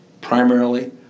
Primarily